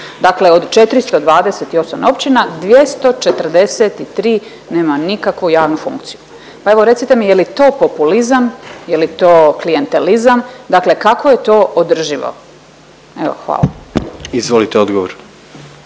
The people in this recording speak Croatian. dakle od 428 općina, 243 nema nikakvu javnu funkciju. Pa evo recite mi je li to populizam, je li to klijentelizam, dakle kako je to održivo? Evo, hvala. **Jandroković,